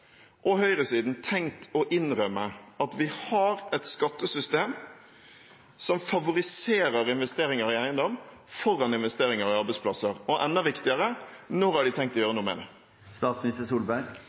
og høyresiden tenkt å innrømme at vi har et skattesystem som favoriserer investeringer i eiendom foran investeringer i arbeidsplasser? Og enda viktigere: Når har de tenkt å